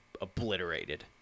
obliterated